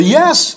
yes